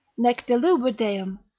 nec delubra deum,